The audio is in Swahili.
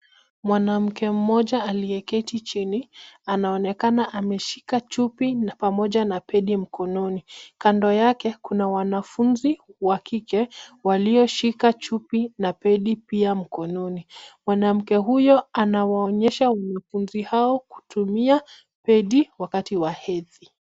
Mwanamke mmoja aliyeketi chini anaonekana ameshika chupi pamoja na pedi mkononi. Kando yake kuna wanafunzi wa kike walioshika chupi na pedi pia mkononi. Mwanamke huyo ana waonyesha wanafunzi hao kutumia pedi wakati wa hedhi.